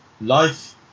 life